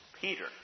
Peter